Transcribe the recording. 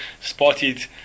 spotted